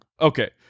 Okay